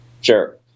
Sure